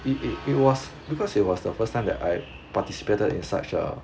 it it it was because it was the first time that I participate in such a